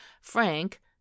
Frank